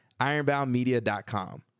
ironboundmedia.com